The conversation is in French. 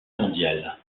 mondiale